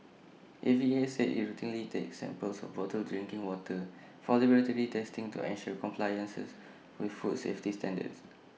A V A said IT routinely takes samples of bottled drinking water for laboratory testing to ensure compliance with food safety standards